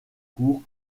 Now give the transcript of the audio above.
cours